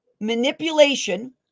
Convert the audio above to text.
manipulation